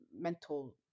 mental